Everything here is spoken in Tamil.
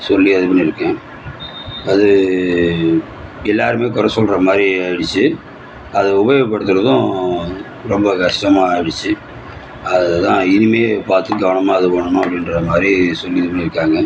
சொல்லி இது பண்ணியிருக்குது அது எல்லாருமே குறை சொல்கிற மாதிரி ஆயிடுச்சு அது உபயோகப்படுத்துறதும் ரொம்ப கஷ்டமா ஆயிடுச்சு அதுதான் இனிமே பார்த்து கவனமா இது பண்ணனும் அப்படின்ற மாதிரி சொல்லி இது பண்ணிருக்காங்க